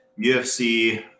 UFC